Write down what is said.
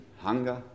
hunger